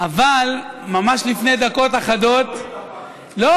אבל ממש לפני דקות אחדות, אבל לא התאפקת.